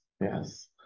Yes